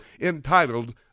entitled